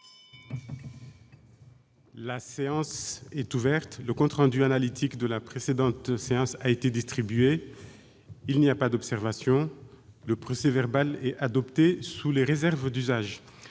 La séance est ouverte. Le compte rendu analytique de la précédente séance a été distribué. Il n'y a pas d'observation ?... Le procès-verbal est adopté sous les réserves d'usage.